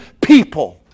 people